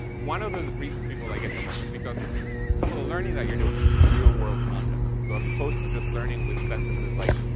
one of the reasons people like it so much is because some of the learning that you're doing is with real world content. so that's opposed to just learning with sentences like,